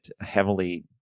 heavily